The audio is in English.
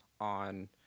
on